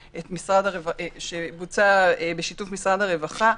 שבוצע בשיתוף משרד הרווחה,